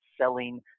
selling